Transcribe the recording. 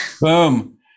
Boom